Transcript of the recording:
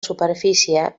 superfície